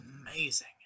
amazing